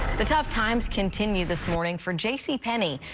the tough times continue this morning for jcpenney.